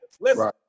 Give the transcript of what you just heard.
Listen